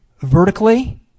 vertically